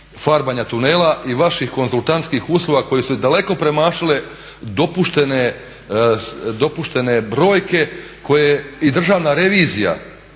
farbanja tunela i vaših konzultantskih usluga koje su daleko premašile dopuštene brojke koje i Državna revizija